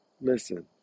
Listen